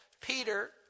Peter